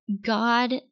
God